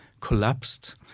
collapsed